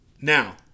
Now